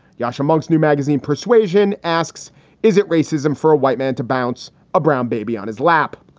yosh amongst new magazine persuasion asks is it racism for a white man to bounce a brown baby on his lap?